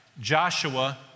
Joshua